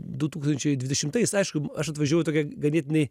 du tūkstančiai dvidešimtais aišku aš atvažiavau į tokią ganėtinai